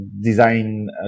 design